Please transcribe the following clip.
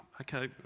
okay